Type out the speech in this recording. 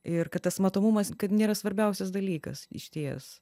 ir kad tas matomumas kad nėra svarbiausias dalykas išties